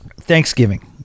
Thanksgiving